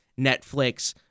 Netflix